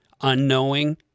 unknowing